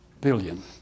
billion